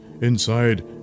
inside